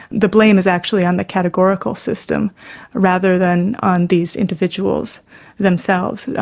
the blame is actually on the categorical system rather than on these individuals themselves.